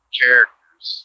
characters